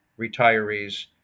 retirees